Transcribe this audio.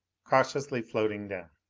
cautiously floating down.